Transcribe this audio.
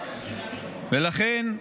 לכן,